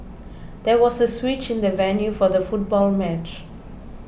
there was a switch in the venue for the football match